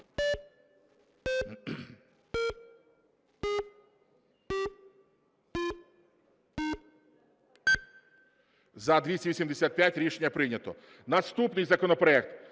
За-285 Рішення прийнято. Наступний законопроект